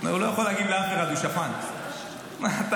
הוא לא יכול להגיב לאף אחד, הוא שפן.